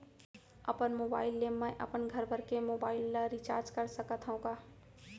अपन मोबाइल ले मैं अपन घरभर के मोबाइल ला रिचार्ज कर सकत हव का?